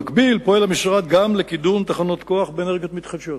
במקביל פועל המשרד לקידום תחנות כוח באנרגיות מתחדשות.